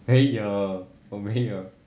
没有我没有